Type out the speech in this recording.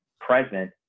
present